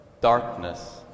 darkness